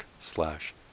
slash